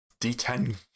D10